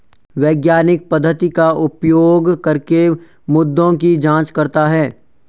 वैज्ञानिक पद्धति का उपयोग करके मुद्दों की जांच करता है